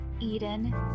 Eden